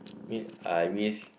I miss